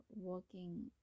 working